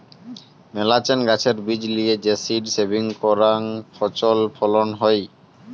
মেলাছেন গাছের বীজ লিয়ে যে সীড সেভিং করাং ফছল ফলন হই